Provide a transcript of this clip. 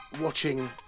watching